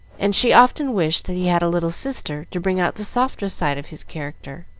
and she often wished that he had a little sister, to bring out the softer side of his character.